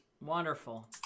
Wonderful